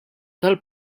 tal